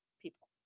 people